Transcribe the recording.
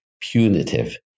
punitive